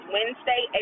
Wednesday